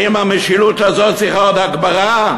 האם המשילות הזאת צריכה עוד הגברה?